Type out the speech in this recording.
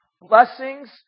Blessings